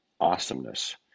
awesomeness